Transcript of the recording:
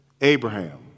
Abraham